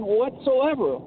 whatsoever